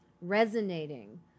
resonating